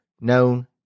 known